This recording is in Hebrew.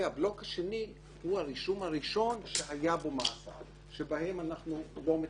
והבלוק השני הוא הרישום הראשון שהיה בו מאסר שבהם אנחנו לא מטפלים.